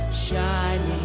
Shining